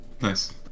Nice